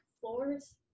floors